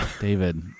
David